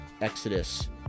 exodus